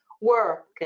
work